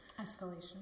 escalation